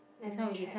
let me check